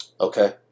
okay